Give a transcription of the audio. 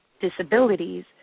disabilities